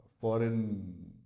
foreign